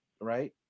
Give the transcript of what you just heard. right